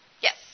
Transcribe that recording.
Yes